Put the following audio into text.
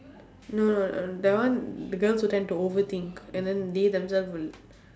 no no that one the girls will tend to overthink and then they themself will